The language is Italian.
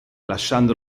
lasciando